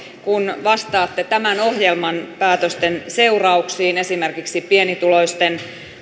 kun vastaatte tämän ohjelman päätösten seurauksista esimerkiksi pienituloisten